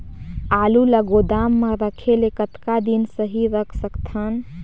आलू ल गोदाम म रखे ले कतका दिन सही रख सकथन?